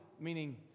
meaning